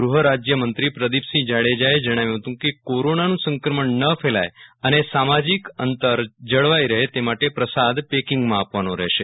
ગૃહરાજ્યમંત્રી પ્રદીપસિંહ જાડેજાએ જણાવ્યું હતું કે કોરોનાનું સંક્રમણ ન ફેલાય અને સામાજી કઅંતર જળવાઈ રહે તે માટે પ્રસાદ પેકીંગમાં આપવાનો રહેશે